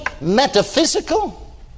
metaphysical